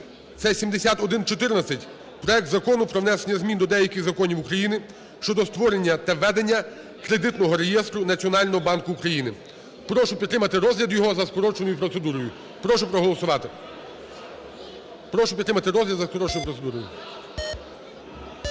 Це 7114: проект Закону про внесення змін до деяких законів України щодо створення та ведення Кредитного реєстру Національного банку України. Прошу підтримати розгляд його за скороченою процедурою. Прошу проголосувати. Прошу підтримати розгляд за скороченою процедурою.